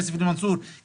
כסף למנסור, כסף למנסור.